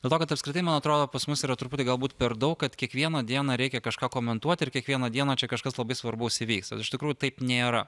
dėl to kad apskritai man atrodo pas mus yra truputį galbūt per daug kad kiekvieną dieną reikia kažką komentuoti ir kiekvieną dieną čia kažkas labai svarbaus įvyksta iš tikrųjų taip nėra